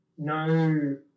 no